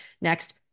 Next